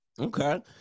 Okay